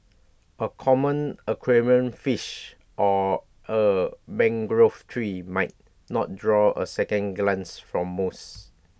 A common aquarium fish or A mangrove tree might not draw A second glance from most